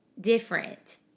different